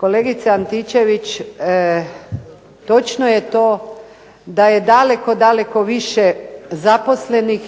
Kolegice Antičević, točno je to da je daleko daleko više zaposlenih